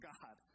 God